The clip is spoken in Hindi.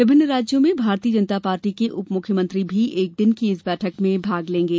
विभिन्न राज्यों में भारतीय जनता पार्टी के उप मुख्यनमंत्री भी एक दिन की इस बैठक में भाग लेंगे